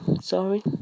Sorry